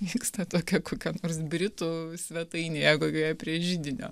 vyksta tokioj kokioj nors britų svetainėje kokioje prie židinio